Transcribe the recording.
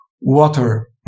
Water